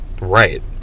Right